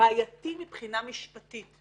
בעייתי מבחינה משפטית,